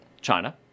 China